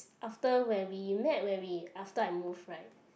after when me met when we after I move right